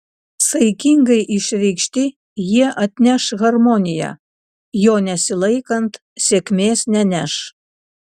saikingai išreikšti jie atneš harmoniją jo nesilaikant sėkmės neneš